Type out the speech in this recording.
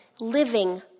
living